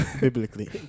biblically